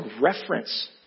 reference